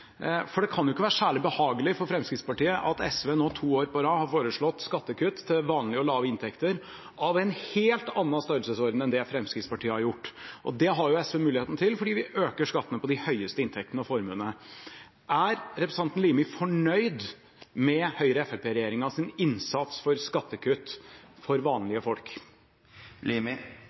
flest. Det kan ikke være særlig behagelig for Fremskrittspartiet at SV nå to år på rad har foreslått skattekutt til vanlige og lave inntekter av en helt annen størrelsesorden enn det Fremskrittspartiet har gjort. Det har SV muligheten til fordi vi øker skattene på de høyeste inntektene og formuene. Er representanten Limi fornøyd med Høyre–Fremskrittsparti-regjeringens innsats for skattekutt for